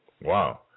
wow